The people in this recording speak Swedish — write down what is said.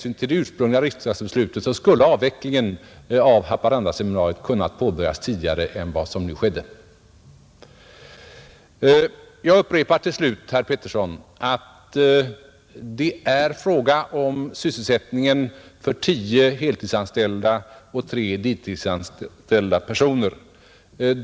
Jag upprepar att enligt det tidigare riksdagsbeslutet skulle avvecklingen av Haparandaseminariet ha kunnat påbörjas tidigare än vad som nu skedde. Jag upprepar till slut, herr Petersson, att det är fråga om sysselsättningen för tio heltidsanställda och tre deltidsanställda personer.